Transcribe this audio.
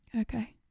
Okay